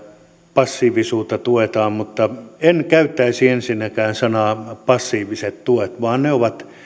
passiivisuutta tuetaan mutta en käyttäisi ensinnäkään ilmaisua passiiviset tuet vaan ne ovat